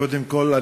קודם כול,